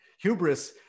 Hubris